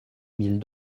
mille